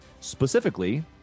specifically